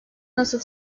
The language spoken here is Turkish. nasıl